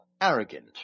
arrogant